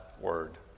word